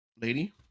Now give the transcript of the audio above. lady